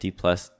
plus